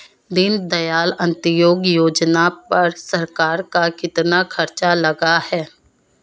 दीनदयाल अंत्योदय योजना पर सरकार का कितना खर्चा लगा है?